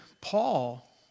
Paul